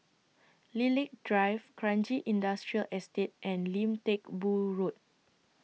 Lilac Drive Kranji Industrial Estate and Lim Teck Boo Road